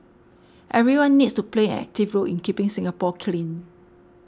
everyone needs to play an active role in keeping Singapore clean